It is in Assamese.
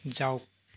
যাওক